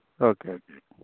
okay okay